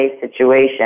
situation